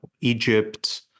Egypt